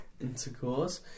intercourse